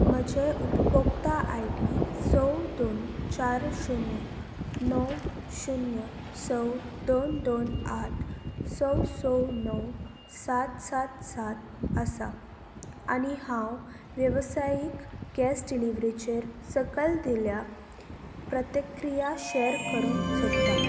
म्हजें उपभोक्ता I D स दोन चार शुन्य णव शुन्य स दोन दोन आठ स स णव सात सात सात आसा आनी हांव वेवसायीक गॅस डिलिव्हरीचेर सकयल दिल्या प्रतिक्रिया शॅर करूंक सोदतां